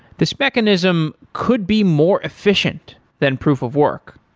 this mechanism could be more efficient than proof of work,